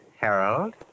Harold